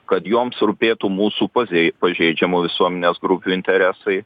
kad joms rūpėtų mūsų pazei pažeidžiamų visuomenės grupių interesai